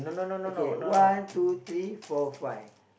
okay one two three four five